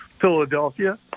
Philadelphia